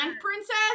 Princess